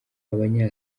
abanya